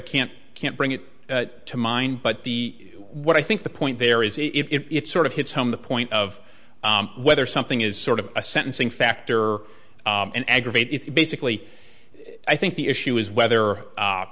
can't can't bring it to mind but the what i think the point there is a it sort of hits home the point of whether something is sort of a sentencing factor and aggravate it basically i think the issue is whether